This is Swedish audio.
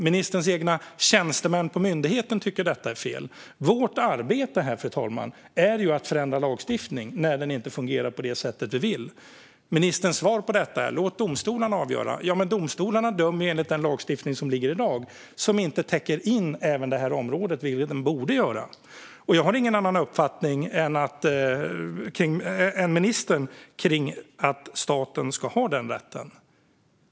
Ministerns egna tjänstemän på myndigheten tycker att detta är fel. Vårt arbete här, fru talman, är att förändra lagstiftning när den inte fungerar på det sätt vi vill. Ministerns svar på detta är att vi ska låta domstolarna avgöra. Men domstolarna dömer ju enligt den lagstiftning som finns i dag och som inte täcker in detta område, vilket den borde göra. Jag har ingen annan uppfattning än ministern om att staten ska ha denna rätt.